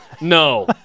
No